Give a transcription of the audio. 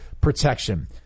protection